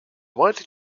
widely